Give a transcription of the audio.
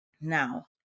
Now